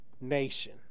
nation